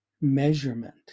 measurement